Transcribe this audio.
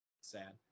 Sad